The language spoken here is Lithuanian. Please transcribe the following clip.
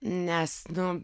nes nu